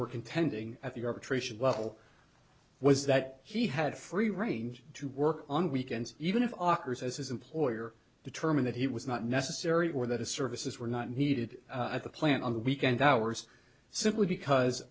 contending at the arbitration level was that he had free range to work on weekends even if ockers as his employer determine that he was not necessary or that his services were not needed at the plant on the weekend hours simply because